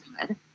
good